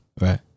Right